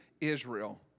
Israel